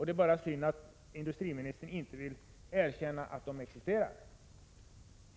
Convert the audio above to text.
Det är bara synd att industriministern inte vill erkänna att de siffrorna är riktiga.